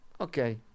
Okay